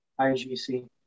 IGC